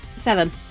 Seven